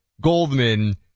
Goldman